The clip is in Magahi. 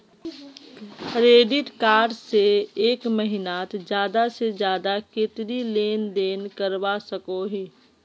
क्रेडिट कार्ड से एक महीनात ज्यादा से ज्यादा कतेरी लेन देन करवा सकोहो ही?